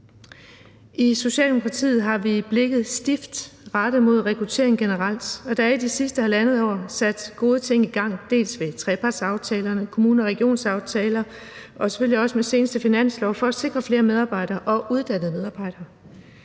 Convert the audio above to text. I Socialdemokratiet har vi blikket stift rettet mod rekruttering generelt, og der er de sidste halvandet år sat gode ting i gang ved trepartsaftalerne, kommune- og regionsaftaler og selvfølgelig også med den seneste finanslov for at sikre flere medarbejdere og uddannede medarbejdere.